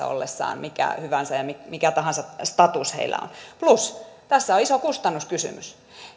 ollessa mikä hyvänsä ja olipa heillä mikä tahansa status plus tässä on iso kustannuskysymys